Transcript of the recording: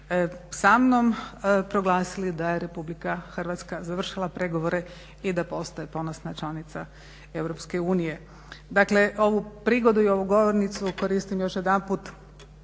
sa mnom proglasili da je RH završila pregovore i da postaje ponosna članica EU. Dakle ovu prigodu i ovu govornicu koristim još jedanput